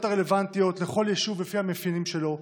הרלוונטיות לכל יישוב לפי המאפיינים שלו.